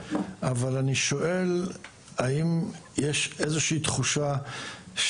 אנחנו דווקא מרגישים התעוררות משמעותית